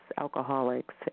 alcoholics